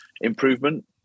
improvement